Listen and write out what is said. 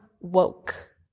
woke